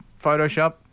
Photoshop